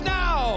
now